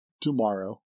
tomorrow